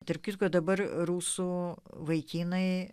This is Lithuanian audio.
tarp kitko dabar rusų vaikinai